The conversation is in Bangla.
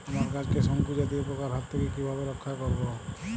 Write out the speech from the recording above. আমার গাছকে শঙ্কু জাতীয় পোকার হাত থেকে কিভাবে রক্ষা করব?